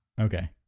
Okay